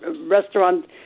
restaurant